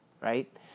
Right